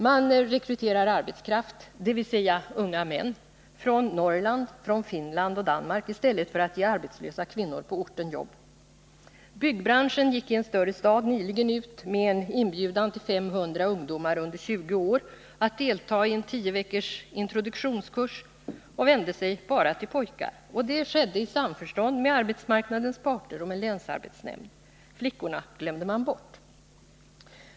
Man rekryterar arbetskraft, dvs. unga män, från Norrland, Finland och Danmark i stället för att ge arbetslösa kvinnor på orten jobb. under 20 år att delta i en tio veckors introduktionskurs och vände sig bara till pojkar. Det skedde i samförstånd med arbetsmarknadens parter och med länsarbetsnämnden. Flickorna glömde man bort.